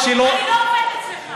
אני לא עובדת אצלך.